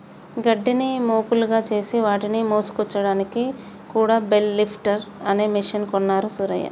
గడ్డిని మోపులుగా చేసి వాటిని మోసుకొచ్చాడానికి కూడా బెల్ లిఫ్టర్ అనే మెషిన్ కొన్నాడు సూరయ్య